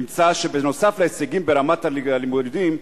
נמצא שבנוסף להישגים ברמת הלימודים,